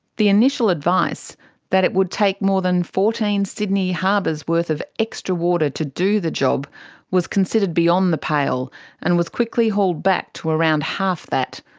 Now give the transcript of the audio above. the initial advice that it would take more than fourteen sydney harbours worth of extra water to do the job was considered beyond the pale and was quickly hauled back to around half that.